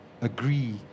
agree